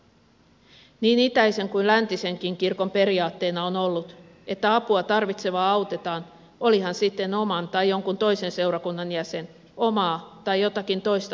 niin itäisen kuin läntisenkin kirkon periaatteena on ollut että apua tarvitsevaa autetaan oli hän sitten oman tai jonkun toisen seurakunnan jäsen omaa tai jotakin toista kansaa